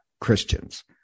Christians